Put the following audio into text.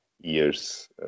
years